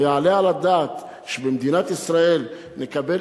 לא יעלה על הדעת שבמדינת ישראל נקבל